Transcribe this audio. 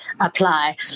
apply